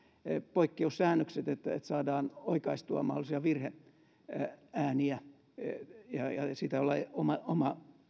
poikkeussäännökset että että saadaan oikaistua mahdollisia virheääniä ja sille olla oma